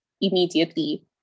immediately